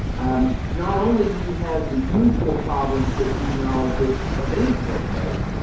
um not only do you have the usual problems that genealogists of any sort face,